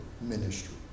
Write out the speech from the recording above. ministry